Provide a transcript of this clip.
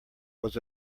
was